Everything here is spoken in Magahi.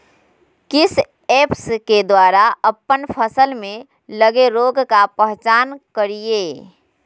किस ऐप्स के द्वारा अप्पन फसल में लगे रोग का पहचान करिय?